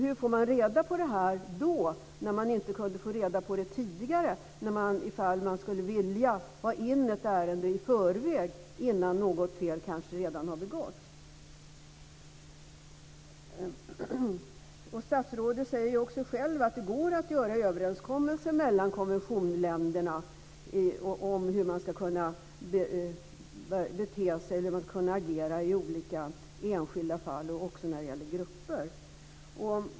Hur får man reda på det senare när man inte kunde få reda på det tidigare ifall man skulle vilja ha in ett ärende i förväg, innan något fel har begåtts? Statsrådet säger ju själv att det går att göra överenskommelser mellan konventionsländerna om hur man ska kunna agera i olika enskilda fall och beträffande olika grupper.